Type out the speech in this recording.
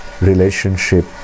relationship